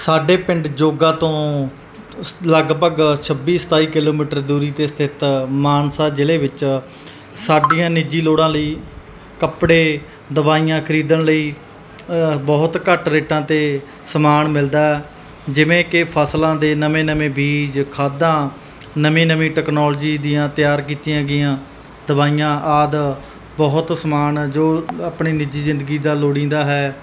ਸਾਡੇ ਪਿੰਡ ਜੋਗਾ ਤੋਂ ਲਗਭਗ ਛੱਬੀ ਸਤਾਈ ਕਿਲੋਮੀਟਰ ਦੂਰੀ 'ਤੇ ਸਥਿਤ ਮਾਨਸਾ ਜ਼ਿਲ੍ਹੇ ਵਿੱਚ ਸਾਡੀਆਂ ਨਿੱਜੀ ਲੋੜਾਂ ਲਈ ਕੱਪੜੇ ਦਵਾਈਆਂ ਖਰੀਦਣ ਲਈ ਬਹੁਤ ਘੱਟ ਰੇਟਾਂ 'ਤੇ ਸਮਾਨ ਮਿਲਦਾ ਜਿਵੇਂ ਕਿ ਫਸਲਾਂ ਦੇ ਨਵੇਂ ਨਵੇਂ ਬੀਜ ਖਾਦਾਂ ਨਵੀਂ ਨਵੀਂ ਟੈਕਨੋਲਜੀ ਦੀਆਂ ਤਿਆਰ ਕੀਤੀਆਂ ਗਈਆਂ ਦਵਾਈਆਂ ਆਦਿ ਬਹੁਤ ਸਮਾਨ ਜੋ ਆਪਣੇ ਨਿੱਜੀ ਜ਼ਿੰਦਗੀ ਦਾ ਲੋੜੀਂਦਾ ਹੈ